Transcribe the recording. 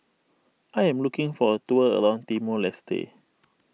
I am looking for a tour around Timor Leste